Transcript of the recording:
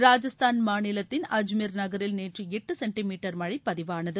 ராஜஸ்தான் மாநிலத்தின் அஜ்மீர் நகரில் நேற்று எட்டு சென்ட்டிமீட்டர் மழை பதிவானது